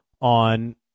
on